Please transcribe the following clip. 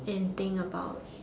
and think about